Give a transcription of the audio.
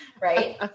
right